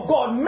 God